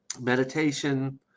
Meditation